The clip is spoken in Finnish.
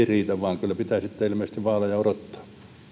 riitä vaan kyllä pitää sitten ilmeisesti vaaleja odottaa